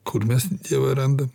kur mes dievą randam